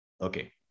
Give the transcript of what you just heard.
Okay